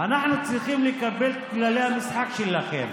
אנחנו צריכים לקבל את כללי המשחק שלכם.